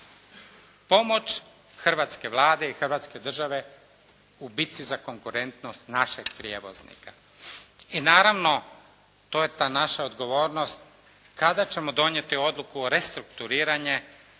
pomoć hrvatske Vlade i Hrvatske države u bitci za konkurentnost našeg prijevoznika. I naravno to je ta naša odgovornost, kada ćemo donijeti odluku o restrukturiranju